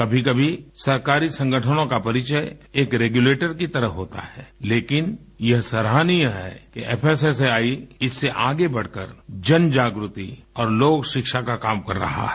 कभी कभी सरकारी संगठनों का परिचय एक रेगुलेटर की तरह होता है लेकिन यह सराहनीय है कि एफ एस एस एआई इससे आगे बढ़कर जन जागृति और लोकशिक्षा का काम कर रहा है